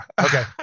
Okay